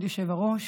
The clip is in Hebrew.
כבוד היושב-ראש,